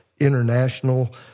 international